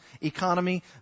economy